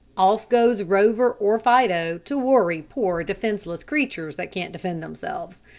off goes rover or fido to worry poor, defenseless creatures that can't defend themselves.